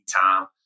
time